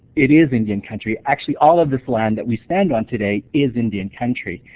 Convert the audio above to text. it is indian country. actually all of this land that we stand on today is indian country.